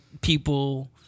people